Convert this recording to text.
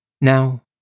Now